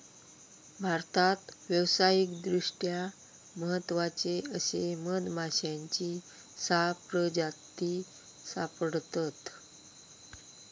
भारतात व्यावसायिकदृष्ट्या महत्त्वाचे असे मधमाश्यांची सहा प्रजाती सापडतत